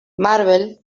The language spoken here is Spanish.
marvel